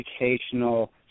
educational